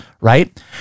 right